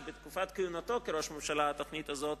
שבזמן כהונתו כראש ממשלה התוכנית הזאת